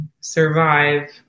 survive